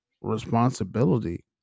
responsibility